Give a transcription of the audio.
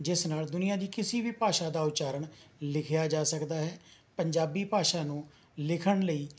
ਜਿਸ ਨਾਲ ਦੁਨੀਆ ਦੀ ਕਿਸੀ ਵੀ ਭਾਸ਼ਾ ਦਾ ਉਚਾਰਨ ਲਿਖਿਆ ਜਾ ਸਕਦਾ ਹੈ ਪੰਜਾਬੀ ਭਾਸ਼ਾ ਨੂੰ ਲਿਖਣ ਲਈ